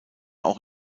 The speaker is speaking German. auch